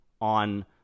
on